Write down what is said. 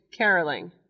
caroling